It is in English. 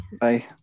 Bye